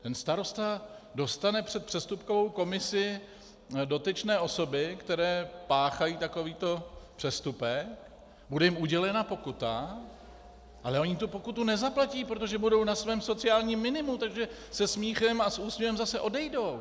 Ten starosta dostane před přestupkovou komisi dotyčné osoby, které páchají takovýto přestupek, bude jim udělena pokuta, ale ony tu pokutu nezaplatí, protože budou na svém sociálním minimu, takže se smíchem a s úsměvem zase odejdou.